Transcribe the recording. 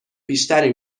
بیشتری